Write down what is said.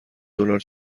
دلار